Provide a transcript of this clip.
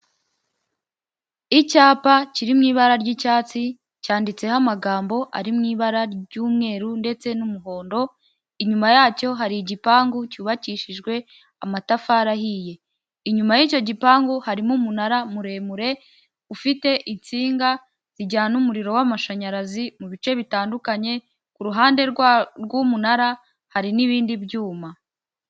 Icyapa kiri mw'ibara ry'icyatsi cyanditseho amagambo ari mu ibara ry'umweru ndetse n'umuhondo, inyuma yacyo hari igipangu cyubakishijwe amatafari ahiye. Inyuma y'icyo gipangu harimo umunara muremure ufite insinga zijyana umuriro w'amashanyarazi mu bice bitandukanye, ku ruhande rw'umunara hari n'ibindi byuma.